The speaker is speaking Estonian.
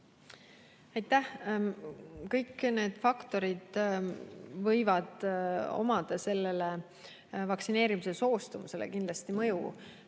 Aitäh! Kõik need faktorid võivad avaldada vaktsineerimisega soostumusele kindlasti mõju